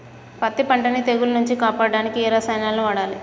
పత్తి పంటని తెగుల నుంచి కాపాడడానికి ఏ రసాయనాలను వాడాలి?